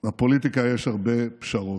בפוליטיקה יש הרבה פשרות,